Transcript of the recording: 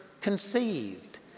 conceived